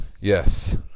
yes